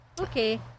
Okay